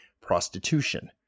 prostitution